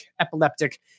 epileptic